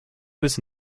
was